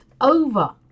over